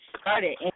started